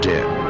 Dead